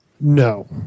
No